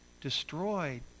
destroyed